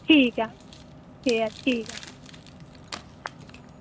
ठीक ऐ एह् ठीक